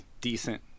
decent